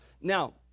Now